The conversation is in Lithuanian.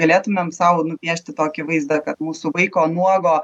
galėtumėm sau nupiešti tokį vaizdą kad mūsų vaiko nuogo